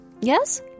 Yes